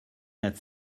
had